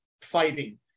fighting